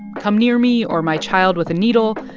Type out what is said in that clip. come near me or my child with a needle,